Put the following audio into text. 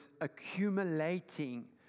accumulating